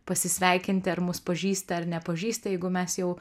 pasisveikinti ar mus pažįsta ar nepažįsta jeigu mes jau